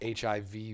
HIV